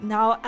Now